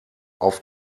auf